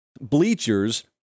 bleachers